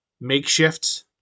makeshift